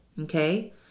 Okay